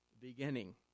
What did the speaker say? beginning